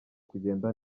kugenda